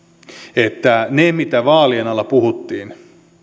muistaen mitä vaalien alla puhuttiin